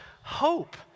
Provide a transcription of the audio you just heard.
hope